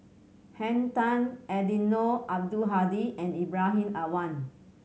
Henn Tan Eddino Abdul Hadi and Ibrahim Awang